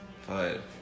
five